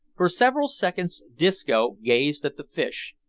for several seconds disco gazed at the fish,